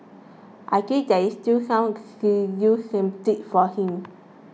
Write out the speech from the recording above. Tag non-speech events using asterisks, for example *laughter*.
I think there is still some *unintelligible* sympathy for him